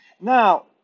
Now